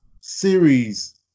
series